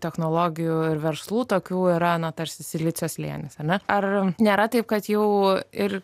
technologijų ir verslų tokių yra na tarsi silicio slėnis ane ar nėra taip kad jau ir